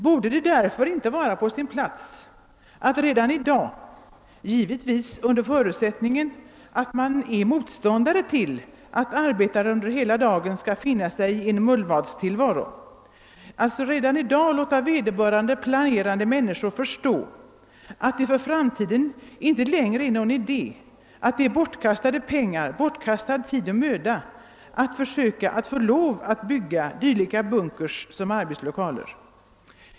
Borde det därför inte vara på sin plats att redan i dag — givetvis under förutsättning att man är motståndare till att arbetare under hela dagen skall finna sig i en mullvadstillvaro — låta vederbörande planerande människor förstå att det för framtiden inte längre är någon idé, att det är bortkastade pengar, tid och möda att i fortsättningen försöka få lov att bygga dylika bunkers som arbetslokaler?